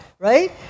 Right